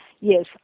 Yes